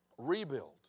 Rebuild